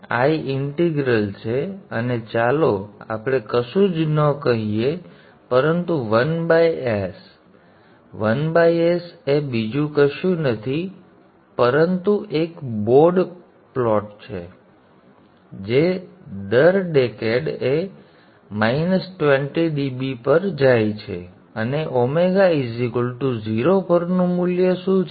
I integral છેઅને ચાલો આપણે કશું જ ન કહીએ પરંતુ 1s તેથી 1s એ બીજું કશું જ નથી પરંતુ એક બોડ પ્લોટ છે જે દર ડેકેડ એ 20 dB પર જાય છે અને ω 0 પરનું મૂલ્ય શું છે